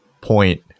point